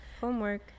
homework